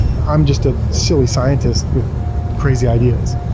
i'm just a silly scientist with crazy ideas.